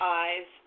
eyes